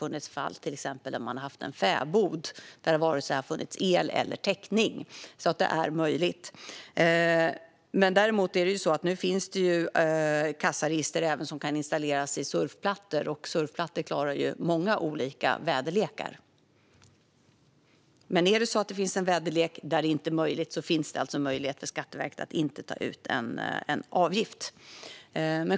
Det har till exempel förekommit fall med fäbodar där det varken funnits el eller täckning. Det är alltså möjligt. Samtidigt finns det nu kassaregister som även kan installeras i surfplattor, och surfplattor klarar ju många olika väderlekar. Men om det råder väderlek som gör detta omöjligt finns det alltså möjlighet för Skatteverket att inte ta ut någon avgift.